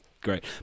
great